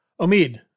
Omid